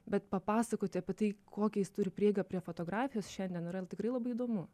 bet papasakoti apie tai kokią jis turi prieigą prie fotografijos šiandien yra tikrai labai įdomu